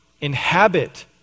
inhabit